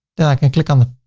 then i can click on the